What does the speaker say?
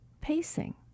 pacing